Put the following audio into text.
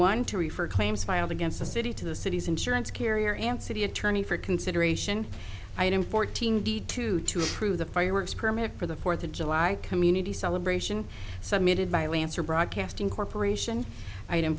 want to refer claims filed against the city to the city's insurance carrier and city attorney for consideration i am fourteen d two two through the fireworks permit for the fourth of july community celebration submitted by lancer broadcasting corporation item